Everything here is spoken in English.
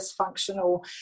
dysfunctional